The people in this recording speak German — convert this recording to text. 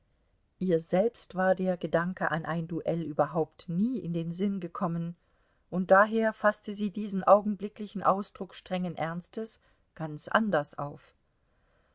ihr selbst war der gedanke an ein duell überhaupt nie in den sinn gekommen und daher faßte sie diesen augenblicklichen ausdruck strengen ernstes ganz anders auf